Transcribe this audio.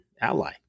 ally